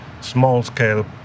small-scale